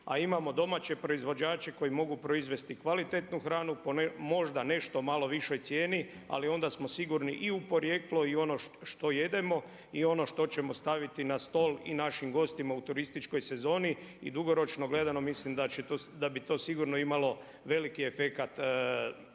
a imamo domaće proizvođače koji mogu proizvesti kvalitetnu hranu, možda po nešto malo višoj cijeni, ali onda smo sigurni i u porijeklo i u ono što jedemo i ono što ćemo staviti na stol i našim gostima u turističkoj sezoni i dugoročno gledano mislim da bi to sigurno imalo veliki efekat i na